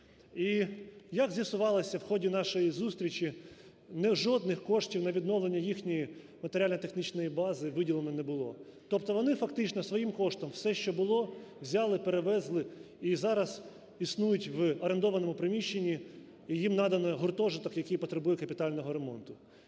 І як з'ясувалося в ході нашої зустрічі, жодних коштів на відновлення їхньої матеріально-технічної бази виділено не було Тобто вони фактично своїм коштом все, що було, взяли і перевезли, і зараз існують в орендованому приміщенні і їм надано гуртожиток, який потребує капітального ремонту.